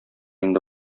инде